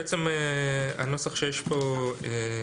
בנוסח שמונח כאן